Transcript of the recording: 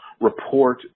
report